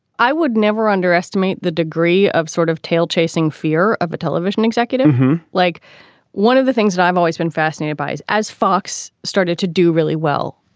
i would never underestimate the degree of sort of tail chasing fear of a television executive who like one of the things that i've always been fascinated by is as fox started to do really well,